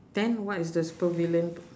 then what is the super villain